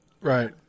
Right